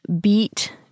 beat